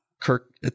Kirk